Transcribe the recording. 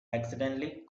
accidentally